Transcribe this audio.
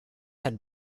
had